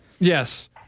Yes